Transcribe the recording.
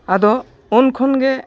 ᱟᱫᱚ ᱩᱱ ᱠᱷᱚᱱ ᱜᱮ